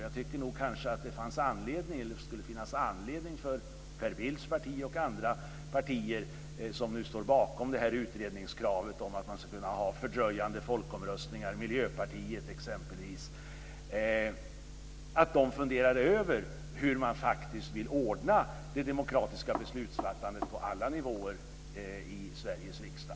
Jag tycker nog att det skulle finnas anledning för Per Bills parti och andra partier, exempelvis Miljöpartiet, som nu står bakom utredningskravet om att man ska kunna ha fördröjande folkomröstningar funderar över hur man faktiskt vill ordna det demokratiska beslutsfattandet på alla nivåer och i Sveriges riksdag.